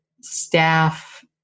staff